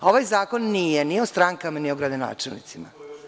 Ovaj zakon nije ni o strankama ni o gradonačelnicima.